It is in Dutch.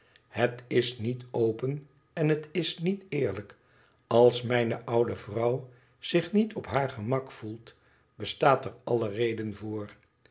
het is niet open en het is niet eerlijk als mijne oude vrouw zich niet op haar gemak gevoelt bestaat er alle reden voor